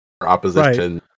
opposition